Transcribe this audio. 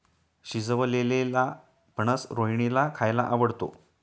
शिजवलेलेला फणस रोहिणीला खायला आवडतो